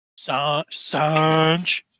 Sanj